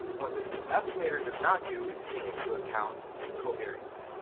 what this estimator does not do is take into account covariates.